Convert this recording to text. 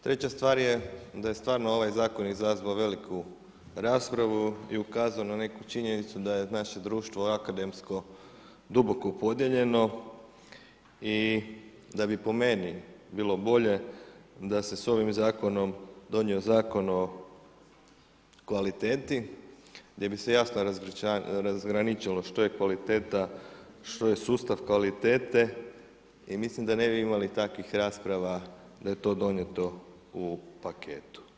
Treća stvar je da je stvarno ovaj zakon izazvao veliku raspravu i ukazao na neku činjenicu da je naše društvo akademsko duboko podijeljeno i da bi po meni bilo bolje da se sa ovim zakonom donio zakon o kvaliteti gdje bi se jasno razgraničilo što je kvaliteta, što je sustav kvalitete i mislim da ne bi imali takvih rasprava da je to donijeto u paketu.